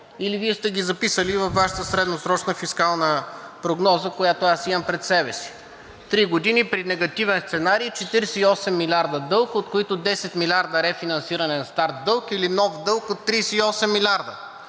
или Вие сте ги записали във Вашата средносрочна фискална прогноза, която аз имам пред себе си? Три години при негативен сценарий 48 милиарда дълг, от които 10 милиарда рефинансиране на стар дълг, или нов дълг от 38 милиарда.